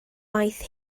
waith